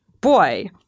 boy